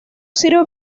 sirve